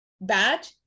bad